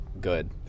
Good